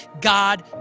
God